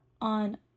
on